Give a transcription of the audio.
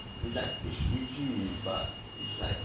like it's easy but it's like